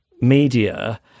media